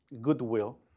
goodwill